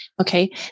Okay